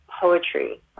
poetry